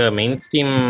mainstream